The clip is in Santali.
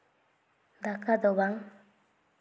ᱫᱟᱠᱟ ᱫᱚ ᱵᱟᱝ